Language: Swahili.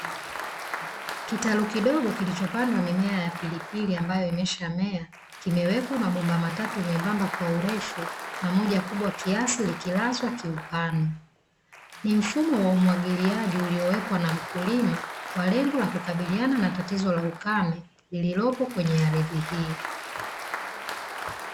Kitalu kidogo kilichopandwa mimea ya pilipili ambayo imeshamea kimewekwa mabomba matatu membamba kwa urefu na moja kubwa kiasi likilazwa kiupana. Ni mfumo wa umwagiliaji uliowekwa na mkulima kwa lengo la kukubaliana na tatizo la ukame lililopo kwenye ardhi hii.